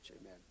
amen